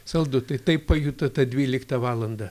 saldu tai taip pajuto tą dvyliktą valandą